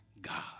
God